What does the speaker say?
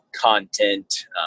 content